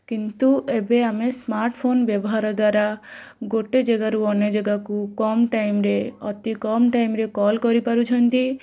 କିନ୍ତୁ ଏବେ ଆମେ ସ୍ମାର୍ଟ୍ଫୋନ୍ ବ୍ୟବହାର ଦ୍ଵାରା ଗୋଟେ ଜାଗାରୁ ଅନ୍ୟ ଜାଗାକୁ କମ୍ ଟାଇମ୍ରେ ଅତି କମ୍ ଟାଇମ୍ରେ କଲ୍ କରିପାରୁଛନ୍ତି